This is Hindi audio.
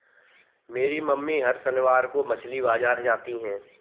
मेरी मम्मी हर शनिवार को मछली बाजार जाती है